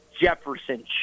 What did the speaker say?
Jefferson